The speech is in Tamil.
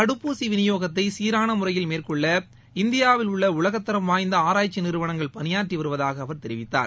தடுப்பூசி விநியோகத்தை சீரான முறையில் மேற்கொள்ள இந்தியாவில் உள்ள உலகத்தரம் வாய்ந்த ஆராய்ச்சி நிறுவனங்கள் பணியாற்றி வருவதாக அவர் தெரிவித்தார்